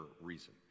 reason